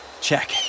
Check